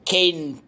Caden